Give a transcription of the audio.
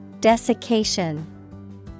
Desiccation